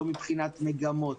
לא מבחינת מגמות.